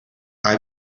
hai